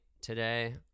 today